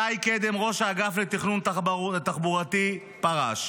שי קדם, ראש האגף לתכנון תחבורתי, פרש.